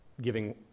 giving